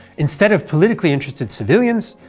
instead of politically interested civilians,